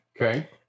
Okay